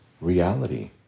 reality